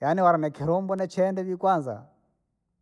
yaani ware ni kilumbu nichenda ivi kwanza.